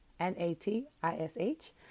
N-A-T-I-S-H